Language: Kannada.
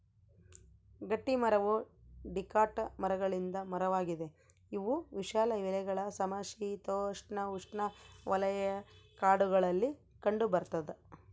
ಗಟ್ಟಿಮರವು ಡಿಕಾಟ್ ಮರಗಳಿಂದ ಮರವಾಗಿದೆ ಇವು ವಿಶಾಲ ಎಲೆಗಳ ಸಮಶೀತೋಷ್ಣಉಷ್ಣವಲಯ ಕಾಡುಗಳಲ್ಲಿ ಕಂಡುಬರ್ತದ